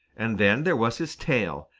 and then there was his tail,